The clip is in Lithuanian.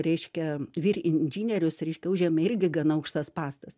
reiškia vyr inžinierius reiškė užėmė irgi gana aukštas pastas